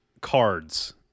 cards